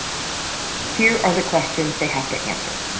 here are the questions they have to answer.